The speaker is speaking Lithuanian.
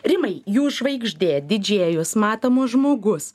rimai jų žvaigždė didžėjus matomos žmogus